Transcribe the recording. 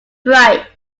bright